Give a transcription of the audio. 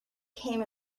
came